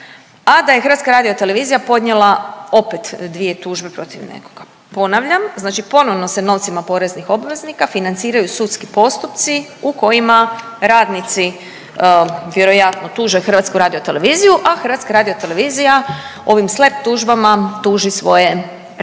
a da je HRT podnijela opet 2 tužbe protiv nekoga. Ponavljam, znači ponovno se novcima poreznih obveznika financiraju sudski postupci u kojima radnici vjerojatno tužbe HRT, a HRT ovim slep tužbama tuži svoje radnike